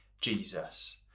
Jesus